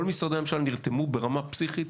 כל משרדי הממשלה נרתמו ברמה פסיכית,